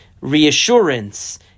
reassurance